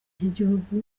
cy’igihugu